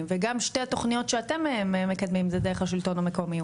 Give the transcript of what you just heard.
וגם שתי התוכניות שאתם מקדמים זה דרך השלטון המקומי,